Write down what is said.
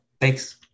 thanks